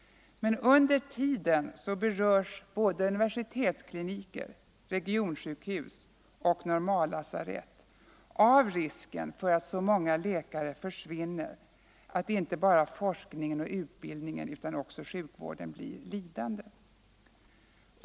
Men under tiden berörs såväl universitetskliniker som regionsjukhus och normallasarett av risken för att så många läkare försvinner att inte bara forskningen och utbildningen utan också sjukvården blir lidande.